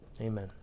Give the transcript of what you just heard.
amen